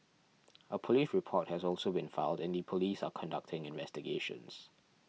a police report has also been filed and the police are conducting investigations